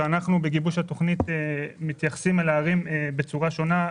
ולכן בתוכנית אנחנו נתייחס אל הערים בצורה שונה,